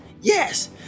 Yes